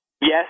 yes